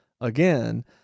again